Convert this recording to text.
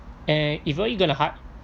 and if really gonna hi~